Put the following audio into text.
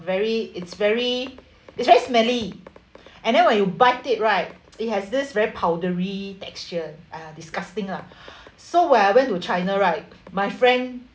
very it's very it's very smelly and then when you bite it right it has this very powdery texture uh disgusting lah so when I went to china right my friend